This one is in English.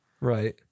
Right